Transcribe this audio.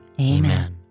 Amen